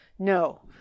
no